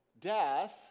death